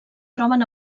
troben